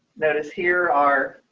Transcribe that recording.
notice here are